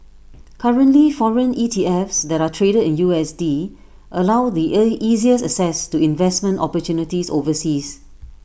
currently foreign ETFs that are traded in U S D allow the easiest access to investment opportunities overseas